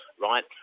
right